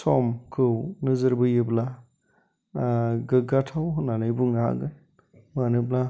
समखौ नोजोर बोयोब्ला गोगाथाव होननानै बुंनो हागोन मानोना